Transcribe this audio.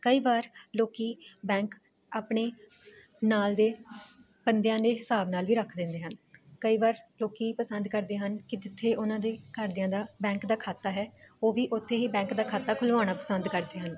ਕਈ ਵਾਰ ਲੋਕ ਬੈਂਕ ਆਪਣੇ ਨਾਲ ਦੇ ਬੰਦਿਆਂ ਦੇ ਹਿਸਾਬ ਨਾਲ ਵੀ ਰੱਖ ਦਿੰਦੇ ਹਨ ਕਈ ਵਾਰ ਲੋਕ ਪਸੰਦ ਕਰਦੇ ਹਨ ਕਿ ਜਿੱਥੇ ਉਹਨਾਂ ਦੇ ਘਰਦਿਆਂ ਦਾ ਬੈਂਕ ਦਾ ਖਾਤਾ ਹੈ ਉਹ ਵੀ ਉੱਥੇ ਹੀ ਬੈਂਕ ਦਾ ਖਾਤਾ ਖੁੱਲ੍ਹਵਾਉਣਾ ਪਸੰਦ ਕਰਦੇ ਹਨ